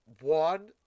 One